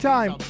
Time